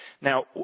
Now